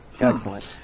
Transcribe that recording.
Excellent